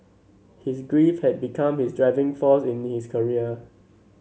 his grief had become his driving force in his career